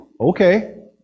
okay